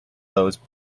those